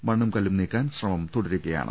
മണ്ണും കല്ലും നീക്കാൻ ശ്രമം തുട രുകയാണ്